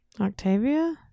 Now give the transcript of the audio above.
Octavia